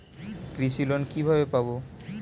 কৃষি লোন কিভাবে পাব?